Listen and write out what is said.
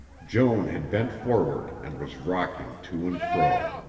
joan had bent forward and was rocking to and fro.